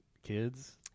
Kids